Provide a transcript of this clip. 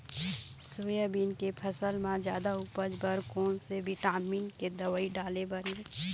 Soybean के फसल म जादा उपज बर कोन से विटामिन के दवई डाले बर ये?